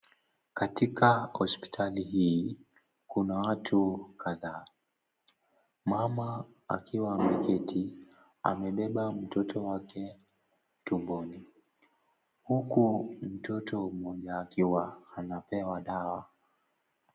Katika hospitali hii kuna watu kadhaa, mama akiwa ameketi amebeba mtoto wake tumboni huku mtoto mmoja akiwa anapewa dawa.